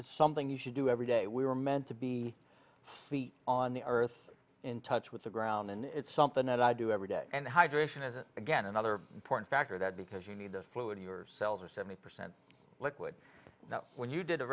it's something you should do every day we are meant to be feet on the earth in touch with the ground and it's something that i do every day and hydration isn't again another important factor that because you need the fluid your cells are seventy percent liquid when you did a